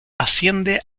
asciende